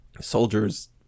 soldiers